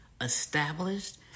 established